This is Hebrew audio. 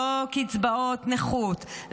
לא קצבאות נכות,